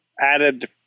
added